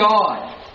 God